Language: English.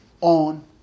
on